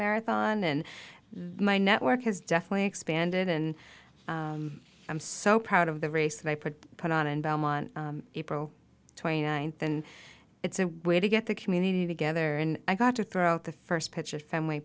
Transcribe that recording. marathon and my network has definitely expanded and i'm so proud of the race that i put it on in belmont april twenty ninth and it's a way to get the community together and i got to throw out the first pitch at fenway